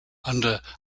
under